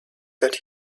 that